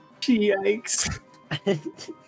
Yikes